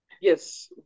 Yes